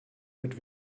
mit